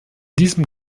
diesem